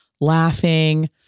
laughing